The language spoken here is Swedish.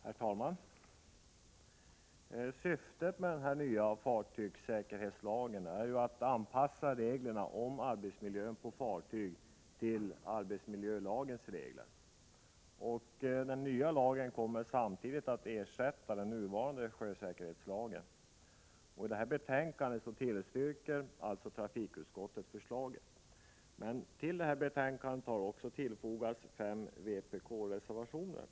Herr talman! Syftet med den nya fartygssäkerhetslagen är att anpassa reglerna om arbetsmiljön på fartyg till arbetsmiljölagens regler. Den nya lagen kommer samtidigt att ersätta den nuvarande sjösäkerhetslagen. Trafikutskottet tillstyrker förslaget. Till betänkandet har fogats fem vpkreservationer.